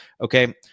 Okay